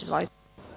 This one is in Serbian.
Izvolite.